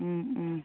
ഉം ഉം